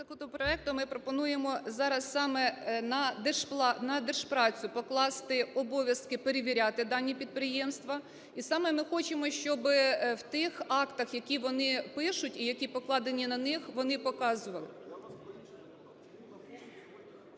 законопроектом ми пропонуємо зараз саме на Держпрацю покласти обов'язки перевіряти дані підприємства. І саме ми хочемо, щоби в тих актах, які вони пишуть і які покладені на них, вони показували.